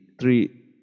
Three